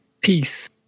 peace